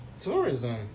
tourism